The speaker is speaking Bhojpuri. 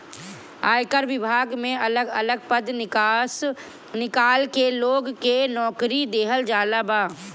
आयकर विभाग में अलग अलग पद निकाल के लोग के नोकरी देहल जात बा